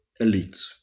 elites